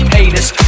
Haters